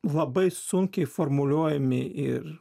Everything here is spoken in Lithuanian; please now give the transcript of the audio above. labai sunkiai formuluojami ir